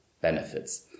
benefits